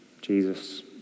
Jesus